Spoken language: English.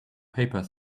paper